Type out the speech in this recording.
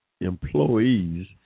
employees